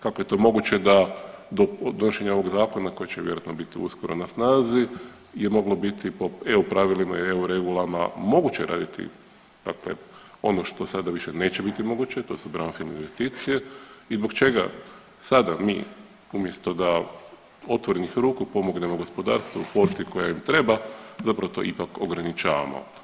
Kako je to moguće da do donošenja ovog Zakona koji će vjerojatno biti uskoro na snazi je moglo biti po EU pravilima i EU regulama moguće raditi, dakle ono što sada više neće biti moguće, to su brownfield investicije i zbog čega sada mi umjesto da otvorenih ruku pomogne gospodarstvu u ... koja im treba, zapravo to ipak ograničavamo.